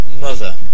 mother